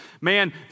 Man